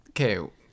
Okay